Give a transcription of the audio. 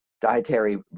dietary-